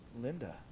Linda